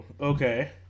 Okay